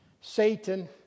Satan